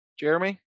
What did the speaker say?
Jeremy